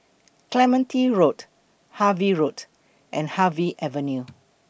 Clementi Road Harvey Road and Harvey Avenue